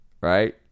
right